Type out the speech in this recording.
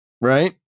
Right